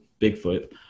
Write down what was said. Bigfoot